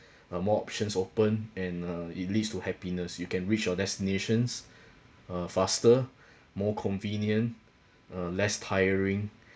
uh more options open and uh it leads to happiness you can reach your destinations uh faster more convenient uh less tiring